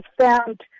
found